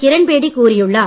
கிரண்பேடி கூறியுள்ளார்